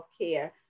healthcare